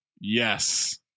Yes